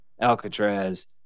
Alcatraz